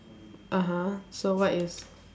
(uh huh) so what is